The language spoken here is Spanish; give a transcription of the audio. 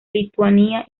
lituania